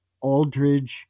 Aldridge